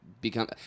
become